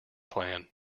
plan